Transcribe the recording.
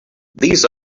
these